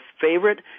favorite